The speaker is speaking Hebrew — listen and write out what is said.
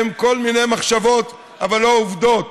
הן כל מיני מחשבות אבל לא עובדות.